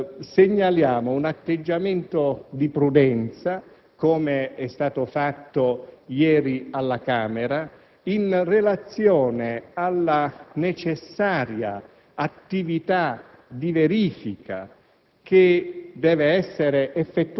Segnaliamo un atteggiamento di prudenza, com'è stato fatto ieri alla Camera, in relazione alla necessaria attività di verifica,